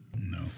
No